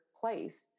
Place